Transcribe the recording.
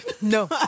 No